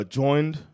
joined